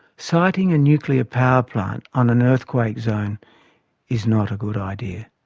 siting a nuclear power plant on an earthquake zone is not a good idea,